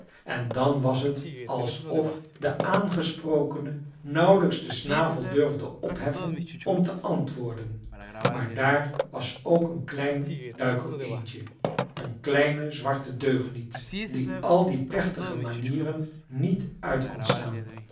en dan was het alsof de aangesprokene nauwlijks den snavel durfde opheffen om te antwoorden maar daar was ook een klein duikeleendje een kleine zwarte deugniet die al die plechtige manieren niet uit kon staan